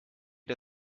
der